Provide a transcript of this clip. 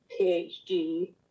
phd